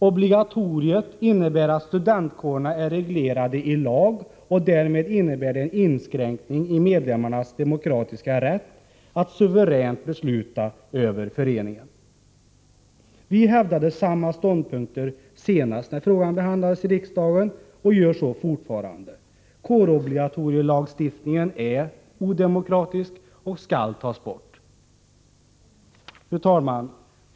Obligatoriet innebär att studentkårerna är reglerade i lag, vilket medför en inskränkning i medlemmarnas demokratiska rätt att suveränt besluta över föreningen. Vi hävdade dessa ståndpunkter när frågan senast behandlades i riksdagen och gör så fortfarande. Kårobligatorielagstiftningen är odemokratisk och skall bort. Fru talman!